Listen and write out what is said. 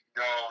no